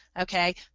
Okay